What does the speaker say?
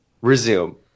resume